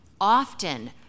Often